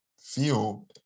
feel